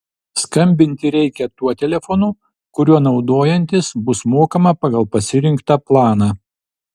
skambinti reikia tuo telefonu kuriuo naudojantis bus mokama pagal pasirinktą planą